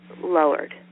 lowered